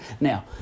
Now